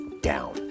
down